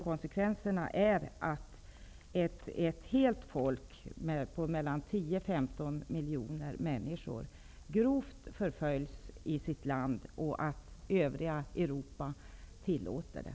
Konsekvenserna är att ett helt folk, 10--15 miljoner människor, grovt förföljs i sitt land, och övriga Europa tillåter det.